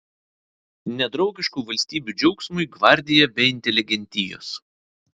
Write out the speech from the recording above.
nedraugiškų valstybių džiaugsmui gvardija be inteligentijos